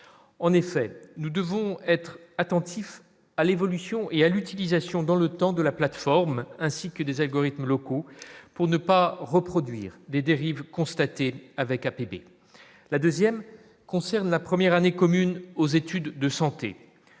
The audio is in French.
en effet, nous devons être attentifs à l'évolution et à l'utilisation dans le temps de la plateforme ainsi que des algorithmes locaux pour ne pas reproduire des dérives constatées avec APP la 2ème concerne la première année commune aux études de santé